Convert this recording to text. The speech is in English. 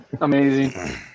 Amazing